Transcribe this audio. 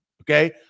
Okay